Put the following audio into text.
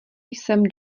jsem